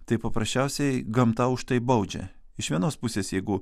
tai paprasčiausiai gamta už tai baudžia iš vienos pusės jeigu